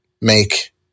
make